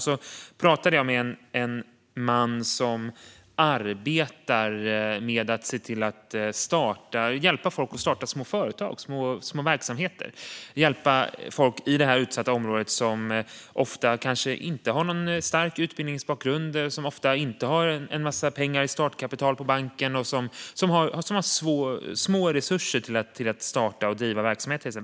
Jag pratade då med en man som arbetade med att hjälpa folk att starta små företag och verksamheter, folk i detta utsatta område som ofta inte har någon stark utbildningsbakgrund, som ofta inte har en massa pengar på banken i startkapital och som har små resurser att starta och driva verksamheter.